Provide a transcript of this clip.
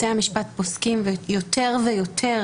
בתי משפט פוסקים יותר ויותר,